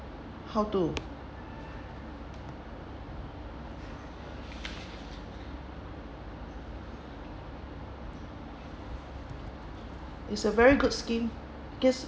how to is a very good scheme guess